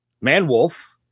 Man-Wolf